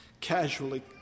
casually